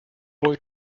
boy